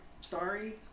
Sorry